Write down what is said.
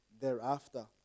thereafter